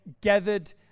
gathered